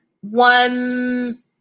one